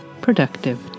productive